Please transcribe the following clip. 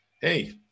hey